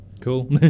Cool